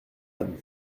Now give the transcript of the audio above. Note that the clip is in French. anne